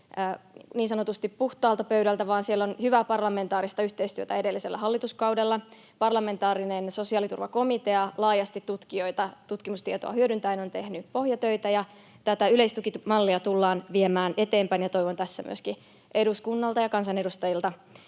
niin sanotusti puhtaalta pöydältä, vaan on hyvää parlamentaarista yhteistyötä ollut edellisellä hallituskaudella. Parlamentaarinen sosiaaliturvakomitea laajasti tutkijoita, tutkimustietoa hyödyntäen on tehnyt pohjatöitä, ja tätä yleistukimallia tullaan viemään eteenpäin, ja toivon tässä myöskin eduskunnalta ja kansanedustajilta